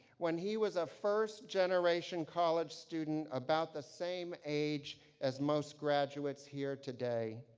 when he was a first-generation college student about the same age as most graduates here today.